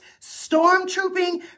stormtrooping